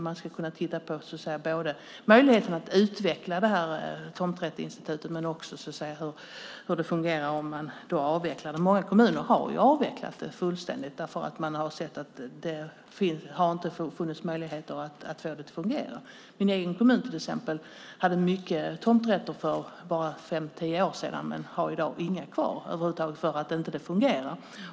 Man ska kunna titta både på möjligheten att utveckla tomträttsinstitutet och på hur det fungerar om man avvecklar det. Många kommuner har ju avvecklat det fullständigt. Man har sett att det inte har funnits möjlighet att få det att fungera. Min egen kommun hade många tomträtter för bara fem tio år sedan, men har inga kvar i dag eftersom det inte fungerar.